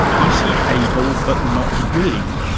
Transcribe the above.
is he able but not willing?